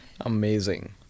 Amazing